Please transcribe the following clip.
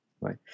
right